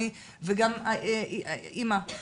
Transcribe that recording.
אורי ענבר,